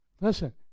listen